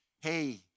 hey